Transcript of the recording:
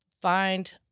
Find